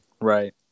Right